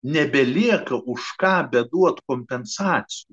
nebelieka už ką beduoti kompensacijų